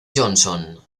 johnson